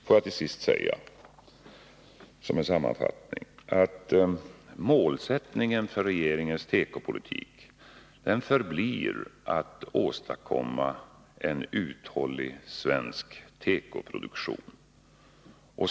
Får jag till sist säga, som en sammanfattning, att målsättningen för regeringens tekopolitik förblir att åstadkomma en uthållig svensk tekoproduktion.